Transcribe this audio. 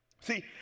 See